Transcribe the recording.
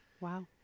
Wow